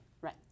Right